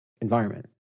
environment